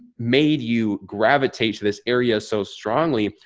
made you gravitate to this area so strongly,